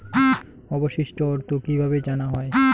অবশিষ্ট অর্থ কিভাবে জানা হয়?